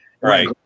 Right